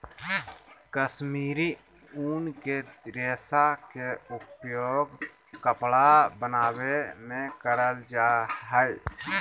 कश्मीरी उन के रेशा के उपयोग कपड़ा बनावे मे करल जा हय